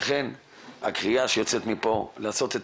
לכן הקריאה שיוצאת מפה היא לעשות את